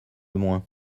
moins